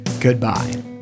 Goodbye